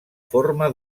forma